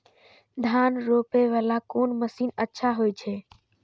धान रोपे वाला कोन मशीन अच्छा होय छे?